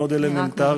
מאוד אלמנטרי,